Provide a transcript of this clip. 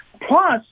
Plus